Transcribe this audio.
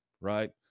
right